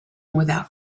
without